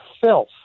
filth